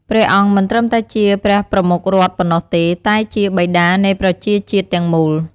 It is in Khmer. ព្រះអង្គមិនត្រឹមតែជាព្រះប្រមុខរដ្ឋប៉ុណ្ណោះទេ តែជា "បិតា" នៃប្រជាជាតិទាំងមូល។